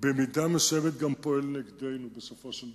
פועל נגדנו במידה מסוימת, בסופו של דבר.